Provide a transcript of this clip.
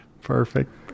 Perfect